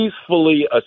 peacefully